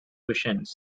cushions